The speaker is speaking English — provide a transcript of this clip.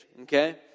okay